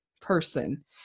person